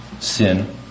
sin